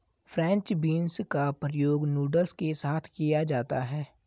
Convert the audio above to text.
French beans का प्रयोग noodles के साथ किया जाता है